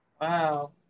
Wow